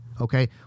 Okay